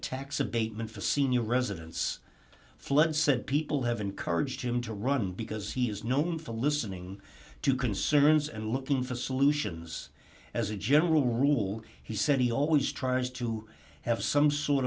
tax abatement for senior residents fled said people have encouraged him to run because he is known for listening to concerns and looking for solutions as a general rule he said he always tries to have some sort